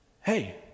Hey